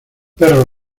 perro